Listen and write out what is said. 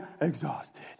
exhausted